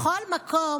בכל מקום